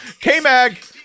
K-Mag